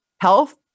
health